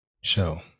Show